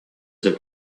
have